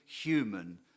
human